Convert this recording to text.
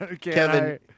Kevin